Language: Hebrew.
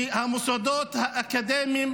וגם שהמוסדות האקדמיים